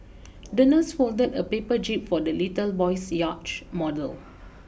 the nurse folded a paper jib for the little boy's yacht model